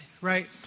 right